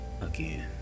Again